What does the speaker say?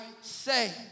say